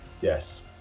Yes